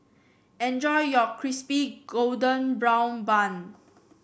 enjoy your Crispy Golden Brown Bun